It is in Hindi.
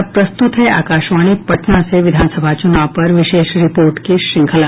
और अब प्रस्तुत है आकाशवाणी पटना से विधान सभा चुनाव पर विशेष रिपोर्ट की श्रृंखला